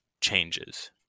changes